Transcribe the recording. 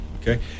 Okay